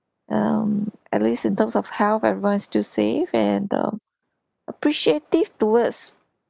um at least in terms of health everyone is still safe and um appreciative towards